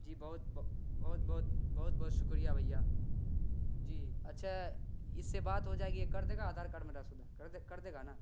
جی بہت بہت بہت بہت بہت شکریہ بھیا جی اچھا اس سے بات ہو جائے گی یہ کر دے گا آدھار کارڈ میرا سدھار کر دے کر دے گا نا